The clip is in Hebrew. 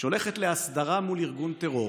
שהולכת להסדרה מול ארגון טרור,